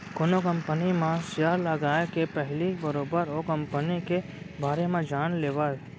कोनो कंपनी म सेयर लगाए के पहिली बरोबर ओ कंपनी के बारे म जान लेवय